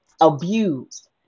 abused